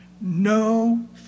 No